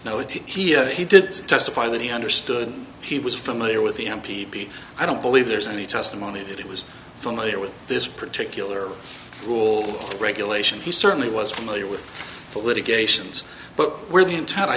if he did testify that he understood he was familiar with the m p b i don't believe there's any testimony that it was familiar with this particular rule regulation he certainly was familiar with the litigations but were the int